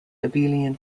abelian